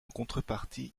contrepartie